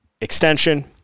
extension